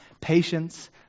patience